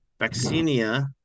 vaccinia